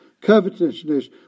Covetousness